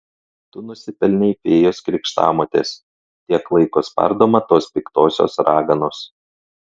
tu nusipelnei fėjos krikštamotės tiek laiko spardoma tos piktosios raganos